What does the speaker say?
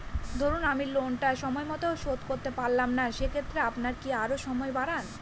ধরুন আমি লোনটা সময় মত শোধ করতে পারলাম না সেক্ষেত্রে আপনার কি আরো সময় বাড়ান?